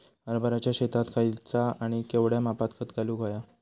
हरभराच्या शेतात खयचा आणि केवढया मापात खत घालुक व्हया?